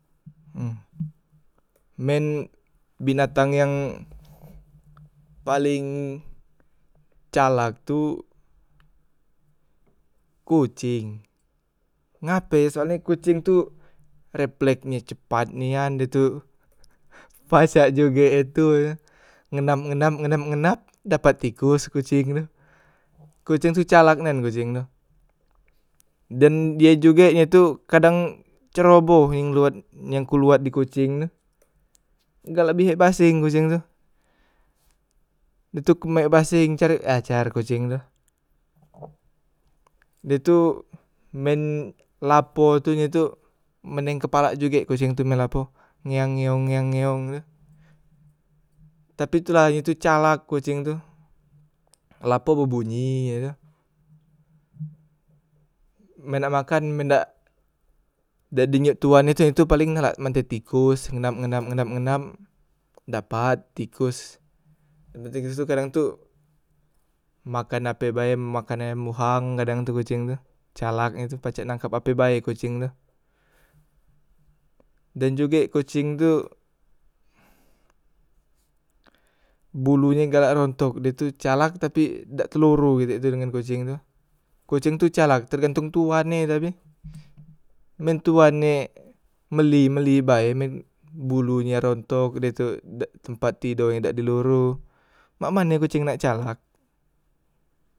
men binatang yang paleng calak tu koceng, ngape soalnye koceng tu replek e cepat nian he tu pacak juge he tu ngendap- ngendap, ngendap- ngendap dapat tikos koceng tu, koceng tu calak nian koceng tu, dan die juge ye tu kadang ceroboh yang luwat yang ku luwat di koceng tu galak bihek baseng koceng tu dah tu kemek baseng, carek ajar koceng tu de tu men lapo de tu meneng kepala juge koceng tu man lapo, ngeang ngeong ngeang ngeong tu, tapi tu la ye tu calak koceng tu, lapo be bunyi ye tu, men nak makan men dak, dak di njok tuan e cak tu paleng nalak men tek tikos, ngendap ngendap ngendap ngendap dapat tikos, yang penteng su kadang tu, makan ape bae, makan ayam bohang kadang tu koceng tu, calak e tu pacak nangkap ape bae koceng tu, dan jugek koceng tu bulu nye galak rontok, die tu calak tapi dak te loro kite tu dengan koceng tu, koceng tu calak tergantong tuan ne tapi men tuan nye beli mbeli bae men bulu nye rontok de tu tempat tido dak di loro mak mane koceng nak calak.